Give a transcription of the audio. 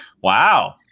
Wow